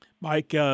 Mike